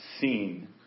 seen